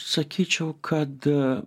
sakyčiau kad